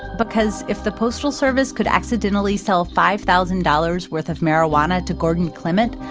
because if the postal service could accidentally sell five thousand dollars worth of marijuana to gordon clements,